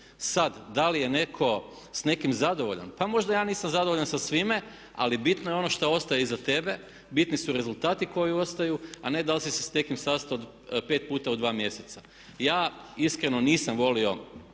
Sad da li je netko s nekim zadovoljan. Pa možda ja nisam zadovoljan sa svime, ali bitno je ono šta ostaje iza tebe, bitni su rezultati koji ostaju, a ne da li si se sa nekim sastao pet puta u dva mjeseca. Ja iskreno nisam volio